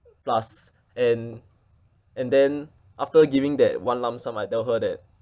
plus and and then after giving that one lump sum I tell her that